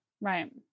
Right